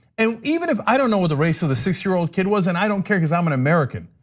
and even if i don't know what the race of the six year old kid was, and i don't care because i'm an american.